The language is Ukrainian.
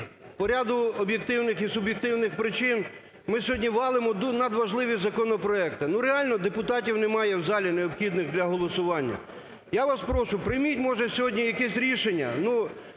По ряду об'єктивних і суб'єктивних причин ми сьогодні валимо надважливі законопроекти. Ну, реально депутатів немає в залі, необхідних для голосування. Я вас прошу, прийміть, може, сьогодні якесь рішення.